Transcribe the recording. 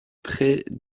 près